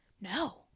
No